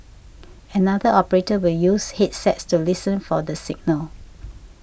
another operator will use headsets to listen for the signal